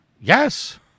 Yes